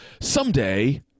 someday